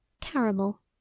Caramel